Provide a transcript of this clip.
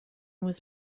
was